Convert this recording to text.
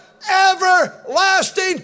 everlasting